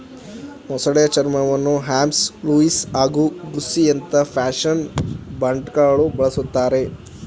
ಮೊಸಳೆ ಚರ್ಮವನ್ನು Hermes Louis ಹಾಗೂ ಗುಸ್ಸಿಯಂತ ಫ್ಯಾಷನ್ ಬ್ರ್ಯಾಂಡ್ಗಳು ಬಳುಸ್ತರೆ